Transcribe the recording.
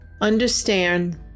Understand